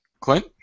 Clint